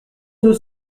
deux